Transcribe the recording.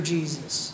Jesus